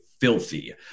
filthy